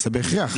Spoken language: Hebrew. זה בהכרח.